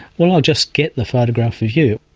well i'll just get the photograph of you.